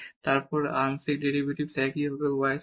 তারপর আংশিক derivative y এর সাথে করব